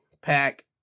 pack